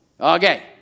Okay